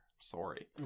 Sorry